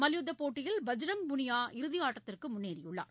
மல்யுத்தப் போட்டியில் பஜ்ரங் புனியா இறுதியாட்டத்திற்குமுன்னேறியுள்ளார்